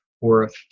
Worth